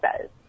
says